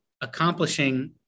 accomplishing